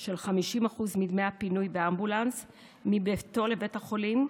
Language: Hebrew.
של 50% מדמי הפינוי באמבולנס מביתו לבית החולים.